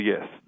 yes